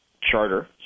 charter